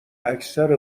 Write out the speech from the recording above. اکثر